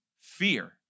fear